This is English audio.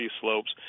Slopes